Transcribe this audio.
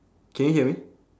can you hear me